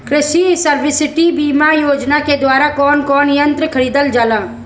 कृषि सब्सिडी बीमा योजना के द्वारा कौन कौन यंत्र खरीदल जाला?